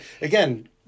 Again